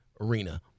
arena